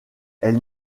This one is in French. elle